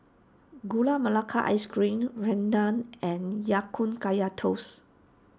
Gula Melaka Ice Cream Rendang and Ya Kun Kaya Toast